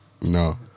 No